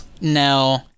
No